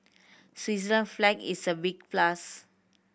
Switzerland flag is a big plus